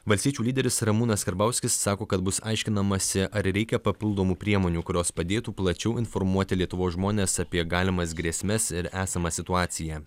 valstiečių lyderis ramūnas karbauskis sako kad bus aiškinamasi ar reikia papildomų priemonių kurios padėtų plačiau informuoti lietuvos žmones apie galimas grėsmes ir esamą situaciją